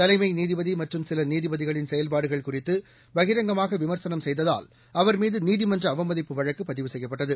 தலைமைநீதிபதிமற்றும் சிலநீதிபதிகளின் செயல்பாடுகள் குறித்தபகிரங்கமாகவிமர்சனம் செய்ததால் அவர்மீதுநீதிமன்றஅவமதிப்பு வழக்குபதிவு செய்யப்பட்டது